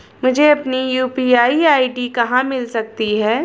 मुझे अपनी UPI ID कहां मिल सकती है?